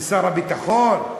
לשר הביטחון?